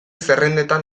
zerrendatan